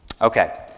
Okay